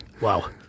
Wow